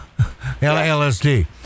LSD